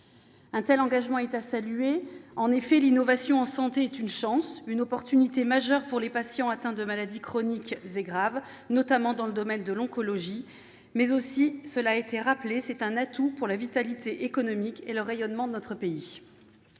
Un tel engagement est à saluer. En effet, l'innovation en santé est une chance, une opportunité majeure pour les patients atteints de maladies chroniques et graves, notamment dans le domaine de l'oncologie, mais comme cela a été rappelé, c'est aussi un atout pour la vitalité économique et le rayonnement de notre pays.